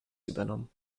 übernommen